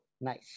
Nice